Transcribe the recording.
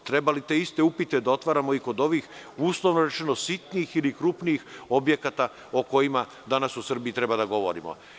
Treba li te iste upite da otvaramo i kod ovih, uslovno rečeno, sitnih ili krupnih objekata o kojima danas u Srbiji treba da govorimo?